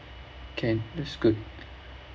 can that's good